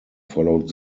followed